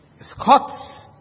Scots